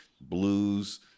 Blues